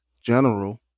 General